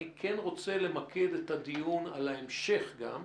אני כן רוצה למקד את הדיון על ההמשך גם,